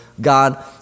God